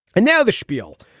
and now the spiel.